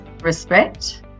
respect